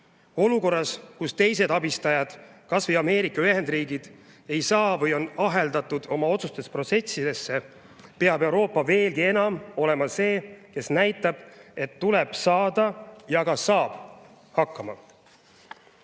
Olukorras, kus teised abistajad, kas või Ameerika Ühendriigid, ei saa või on aheldatud oma otsustusprotsessidesse, peab Euroopa veelgi enam olema see, kes näitab, et tuleb saada hakkama, ja ka